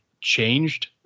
changed